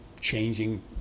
changing